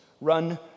Run